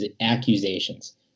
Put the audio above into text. accusations